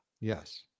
Yes